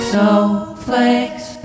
Snowflakes